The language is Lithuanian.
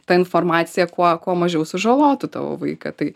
ta informacija kuo kuo mažiau sužalotų tavo vaiką tai